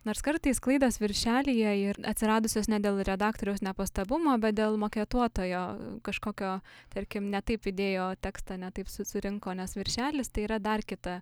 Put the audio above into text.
nors kartais klaidos viršelyje ir atsiradusias ne dėl redaktoriaus nepastabumo bet dėl maketuotojo kažkokio tarkim ne taip įdėjo tekstą ne taip su surinko nes viršelis tai yra dar kita